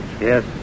Yes